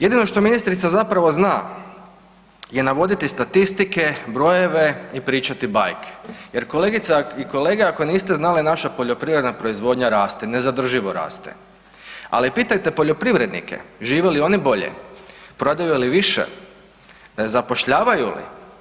Jedino što ministrica zapravo zna je navoditi statistike, brojeve i pričati bajke jer kolegice i kolege ako niste znali naša poljoprivredna proizvodnja raste, nezadrživo raste, ali pitajte poljoprivrednike žive li oni bolje, prodaju li više, zapošljavaju li?